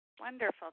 Wonderful